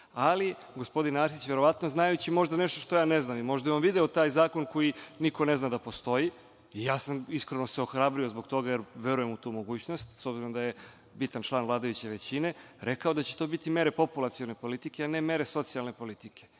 ali gospodin Arsić, verovatno znajući nešto što ja ne znam, možda je on video taj zakon koji niko ne da postoji, iskreno sam se ohrabrio zbog toga, jer verujem u tu mogućnost, s obzirom da je bitan član vladajuće većine rekao da će to biti mere populacione politike, a ne mere socijalne politike.